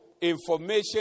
information